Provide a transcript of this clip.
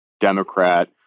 Democrat